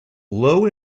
low